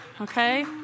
Okay